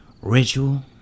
ritual